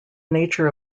nature